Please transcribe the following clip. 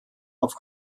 auf